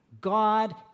God